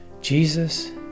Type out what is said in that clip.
Jesus